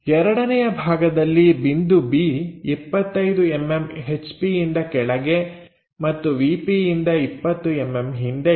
ಎರಡನೇ ಭಾಗದಲ್ಲಿ ಬಿಂದು B 25mm ಹೆಚ್ ಪಿಯಿಂದ ಕೆಳಗಡೆ ಮತ್ತು ವಿ ಪಿಯಿಂದ 20mm ಹಿಂದೆ ಇದೆ